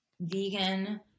vegan